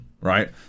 Right